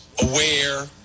aware